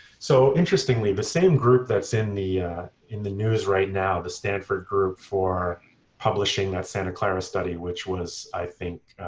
so interestingly, the same group that's in the in the news right now, the stanford group, for publishing that santa clara study which was, i think,